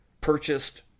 purchased